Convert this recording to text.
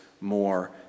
more